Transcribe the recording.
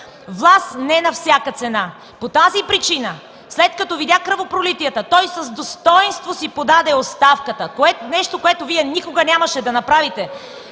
Власт не на всяка цена. По тази причина, след като видя кръвопролитията, той с достойнство си подаде оставката – нещо, което Вие никога нямаше да направите.